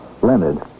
Leonard